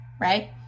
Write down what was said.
right